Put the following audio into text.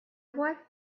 wife